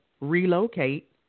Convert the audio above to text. relocate